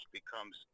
becomes